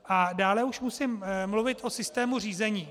A dále už musím mluvit o systému řízení.